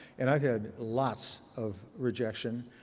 and i've had lots of rejection.